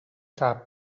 cap